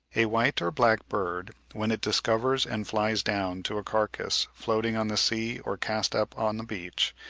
a white or black bird when it discovers and flies down to a carcase floating on the sea or cast up on the beach,